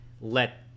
let